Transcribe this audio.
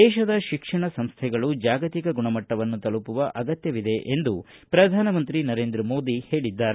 ದೇಶದ ಶಿಕ್ಷಣ ಸಂಸ್ಥೆಗಳು ಜಾಗತಿಕ ಗುಣಮಟ್ಟವನ್ನು ತಲುಪುವ ಅಗತ್ಯವಿದೆ ಎಂದು ಪ್ರಧಾನ ಮಂತ್ರಿ ನರೇಂದ್ರ ಮೋದಿ ಹೇಳಿದ್ದಾರೆ